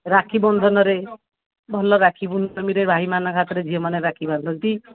ରାକ୍ଷୀ ବନ୍ଧନରେ ଭଲ ରାକ୍ଷୀ ପୂର୍ଣ୍ଣମୀରେ ଭାଇମାନଙ୍କ ହାତରେ ଝିଅମାନେ ରାକ୍ଷୀ ବାନ୍ଧନ୍ତି